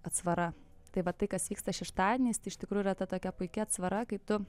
atsvara tai va tai kas vyksta šeštadieniais tai iš tikrųjų yra ta tokia puiki atsvara kai tu